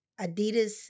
Adidas